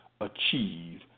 achieve